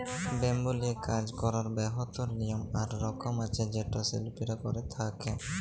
bamboo লিয়ে কাজ ক্যরার বহুত লিয়ম আর রকম আছে যেট শিল্পীরা ক্যরে থ্যকে